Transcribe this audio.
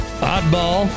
Oddball